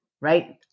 right